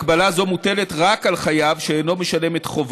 הגבלה זו מוטלת רק על חייב שאינו משלם את חובו.